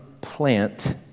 plant